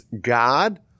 God